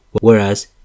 whereas